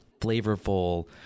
flavorful